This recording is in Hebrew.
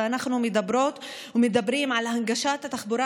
ואנחנו מדברות ומדברים על הנגשת את התחבורה